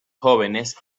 jóvenes